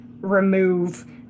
remove